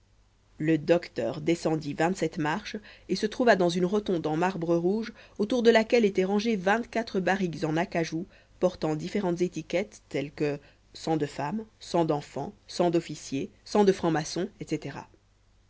le docteur descendit vingt-sept marches et se trouva dans une rotonde en marbre rouge autour de laquelle étaient rangés vingt-quatre barriques en acajou portant différentes étiquettes telles que sang de femme sang d'enfant sang d'officier sang de franc maçon etc